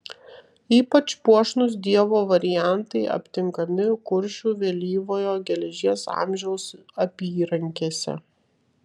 ypač puošnūs dievo variantai aptinkami kuršių vėlyvojo geležies amžiaus apyrankėse